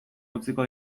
utziko